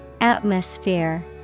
Atmosphere